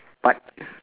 but